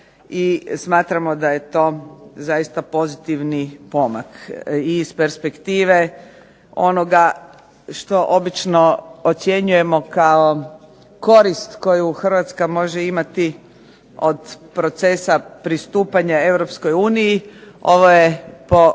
smatramo da je to zaista pozitivni pomak. I iz perspektive onoga što obično ocjenjujemo kao korist koju Hrvatska može imati od procesa pristupanja Europskoj